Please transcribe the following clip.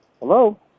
Hello